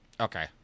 Okay